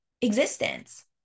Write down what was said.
existence